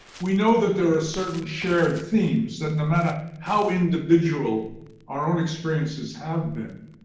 we know that there are certain shared themes that, no matter how individual our own experiences have been,